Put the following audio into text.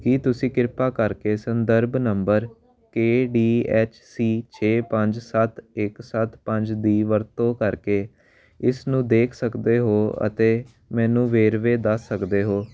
ਕੀ ਤੁਸੀਂ ਕਿਰਪਾ ਕਰਕੇ ਸੰਦਰਭ number K D H C ਛੇ ਪੰਜ ਸੱਤ ਇੱਕ ਸੱਤ ਪੰਜ ਦੀ ਵਰਤੋਂ ਕਰਕੇ ਇਸ ਨੂੰ ਦੇਖ ਸਕਦੇ ਹੋ ਅਤੇ ਮੈਨੂੰ ਵੇਰਵੇ ਦੱਸ ਸਕਦੇ ਹੋ